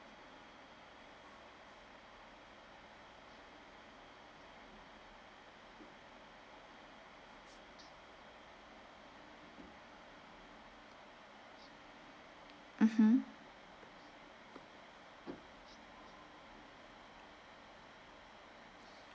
mmhmm